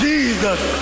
Jesus